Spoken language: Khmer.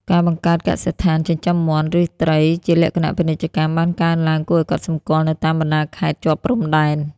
ការបង្កើតកសិដ្ឋានចិញ្ចឹមមាន់ ឬត្រីជាលក្ខណៈពាណិជ្ជកម្ម បានកើនឡើងគួរឱ្យកត់សម្គាល់នៅតាមបណ្ដាខេត្តជាប់ព្រំដែន។